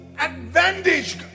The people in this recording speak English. advantage